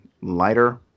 lighter